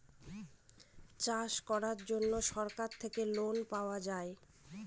চাষ করার জন্য সরকার থেকে লোন পাওয়া যায়